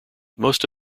most